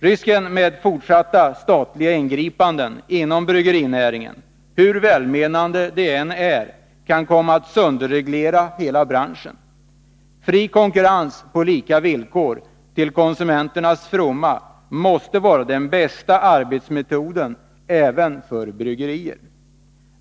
Risken med fortsatta statliga ingripanden inom bryggerinäringen — hur välmenande de än är — kan komma att sönderreglera hela branschen. Fri konkurrens på lika villkor till konsumenternas fromma måste vara den bästa arbetsmetoden även för bryggerier.